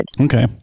Okay